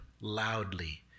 loudly